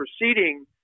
proceeding